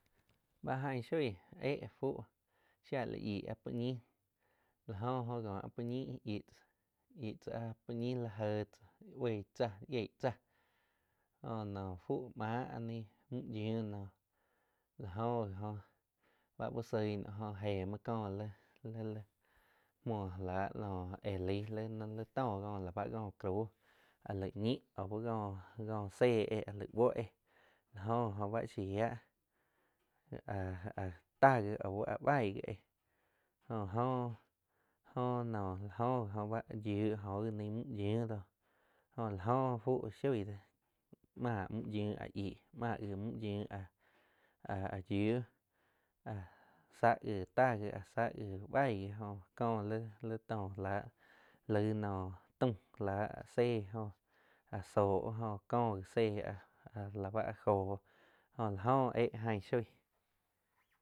Báh aing shoig éh fuh shia la yih a puo ñih la jó oh kóh a puo ñih íh yih tzáh, yi tzáh áh puo ñih li jé tzáh boig tsáh yieg tsáh jó noh fuh máh áh naig müh yiu noh la jho jhi óh báh uh soig naum joh éh muoh ko li-li mhuo láh noh éh laig li-li toh kóh la báh cóh crau áh laig ñih au có-có tzéh éh áh laig buoh éh la jóh gi oh báh shiah áh-áh táh gí auh baig gí éh jó oh, óh naum la óh gi oh báh yiuh jo gi ni ü yiuh noh jo la joh fúh shoig dóh máh mü yiuh a yíh máh gi müh yiuh áh-áh yiuh áh tsáh gi táh áh tsáh gí baig gí joh có lih tóh láh laig nóh taum láh áh séh óh áh sóh oh có gi zéh áh, áh la báh jóh jó la oh éh aing shoi.